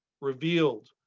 revealed